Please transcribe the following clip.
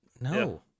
No